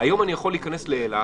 היום אני יכול להיכנס לאילת